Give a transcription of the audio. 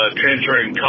transferring